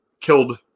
Killed